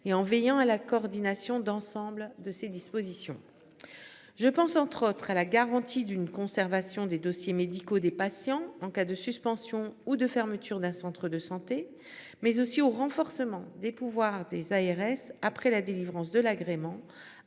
et en veillant à la coordination d'ensemble de ces dispositions. Je pense entre autres à la garantie d'une conservation des dossiers médicaux des patients en cas de suspension ou de fermeture d'un centre de santé mais aussi au renforcement des pouvoirs des ARS après la délivrance de l'agrément